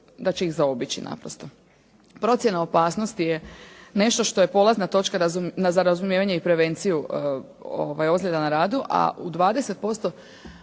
da će ih zaobići naprosto. Procjena opasnosti je nešto što je polazna točka za razumijevanje i prevencija ozljeda na radu, a u 20%